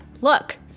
look